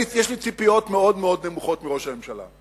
יש לי ציפיות מאוד מאוד נמוכות מראש הממשלה,